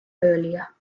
earlier